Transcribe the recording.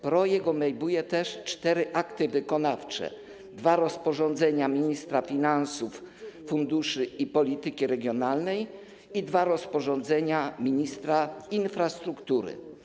Projekt obejmuje też cztery akty wykonawcze - dwa rozporządzenia ministra finansów, funduszy i polityki regionalnej i dwa rozporządzenia ministra infrastruktury.